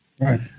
Right